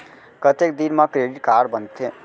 कतेक दिन मा क्रेडिट कारड बनते?